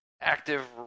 active